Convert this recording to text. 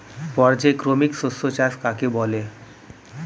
পর্যায়ক্রমিক শস্য চাষ কাকে বলে?